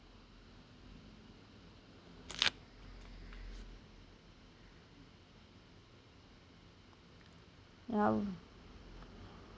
ya